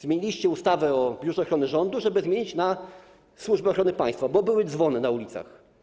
Zmieniliście ustawę o Biurze Ochrony Rządu, żeby zmienić je na Służbę Ochrony Państwa, bo były dzwony na ulicach.